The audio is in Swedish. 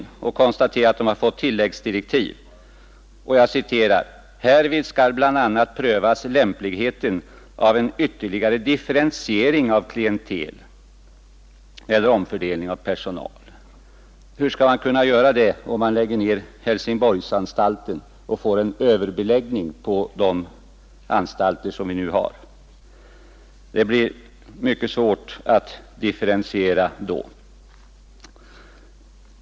Utskottet konstaterar att utredningen fått ett tilläggsdirektiv och anför: ”Härvid skall bl.a. prövas lämpligheten av en ytterligare differentiering av klientel eller omfördelning av personal.” Hur skall man kunna göra det, om man lägger ner Helsingborgsanstalten och får en överbeläggning på de övriga anstalterna? Det blir mycket svårt att differentiera då.